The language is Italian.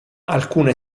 alcune